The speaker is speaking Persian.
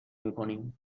میکنیم